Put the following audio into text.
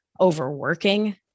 overworking